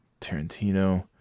Tarantino